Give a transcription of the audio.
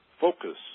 focus